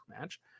match